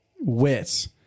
wits